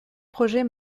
projet